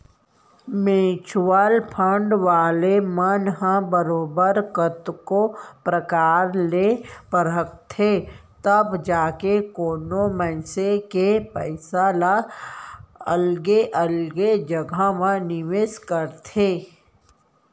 mutual fund वाले मन ह बरोबर कतको परकार ले परखथें तब जाके कोनो मनसे के पइसा ल अलगे अलगे जघा म निवेस करथे